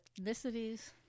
ethnicities